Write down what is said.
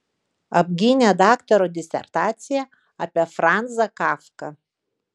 apgynė daktaro disertaciją apie franzą kafką